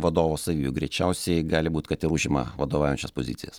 vadovo savybių greičiausiai gali būti kad ir užima vadovaujančias pozicijas